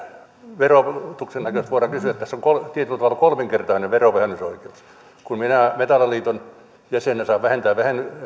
verotuksen näkökulmasta voidaan kysyä että tässä on tietyllä tavalla kolminkertainen verovähennysoikeus kun minä metalliliiton jäsenenä saan vähentää